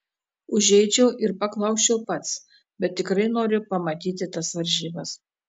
užeičiau ir paklausčiau pats bet tikrai noriu pamatyti tas varžybas